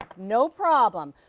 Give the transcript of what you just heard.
like no problem.